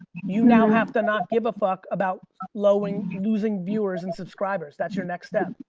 you now have to not give a fuck about losing losing viewers and subscribers, that's your next step.